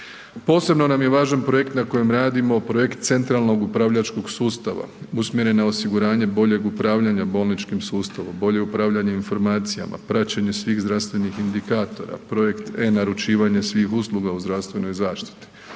Posebno nam je važan projekt na kojem radimo, projekt centralnog upravljačkog sustava usmjeren na osiguranje boljeg upravljanja bolničkim sustavom, bolje upravljanje informacijama, praćenje svih zdravstvenih indikatora, projekt e-naručivanje svih usluga u zdravstvenoj zaštiti.